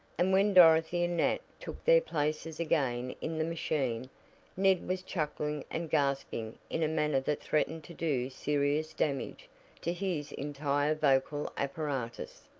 and when dorothy and nat took their places again in the machine ned was chuckling and gasping in a manner that threatened to do serious damage to his entire vocal apparatus.